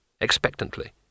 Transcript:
expectantly